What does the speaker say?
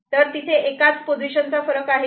तर तिथे एकाच पोझिशनचा फरक आहे का